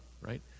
right